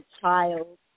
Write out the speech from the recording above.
child